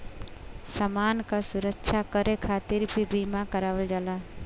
समान क सुरक्षा करे खातिर भी बीमा करावल जाला